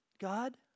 God